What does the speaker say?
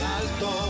alto